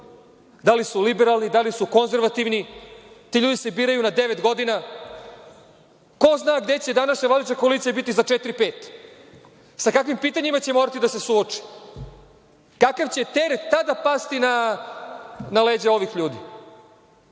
da li su liberalni, da li su konzervativni. Ti ljudi se biraju na devet godina. Ko zna gde će danas vladajuća koalicija biti za četiri, pet? Sa kakvim pitanjima će morati da se suoče? Kakav će teret tada pasti na leđa ovih ljudi?